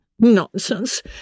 Nonsense